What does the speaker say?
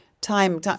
time